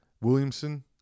Williamson